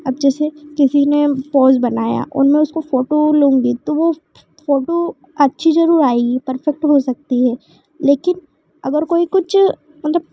अब जैसे किसी ने पोस बनाया और मैं उसकी फोटो लूँगी तो वह फोटो अच्छी जरूर आएगी परफेक्ट हो सकती है लेकिन अगर कोई कुछ मतलब